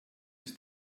ist